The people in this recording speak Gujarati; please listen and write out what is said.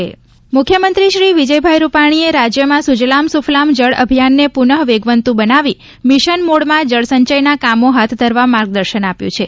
મુખ્યમંત્રી મુખ્યમંત્રી શ્રી વિજયભાઇ રૂપાણીએ રાજ્યમાં સુજલામ સુફલામ જળ અભિયાનને પુનઃ વેગવંતુ બનાવી મિશન મોડમાં જળસંચયના કામો હાથ ધરવા માર્ગદર્શન આપ્યું છે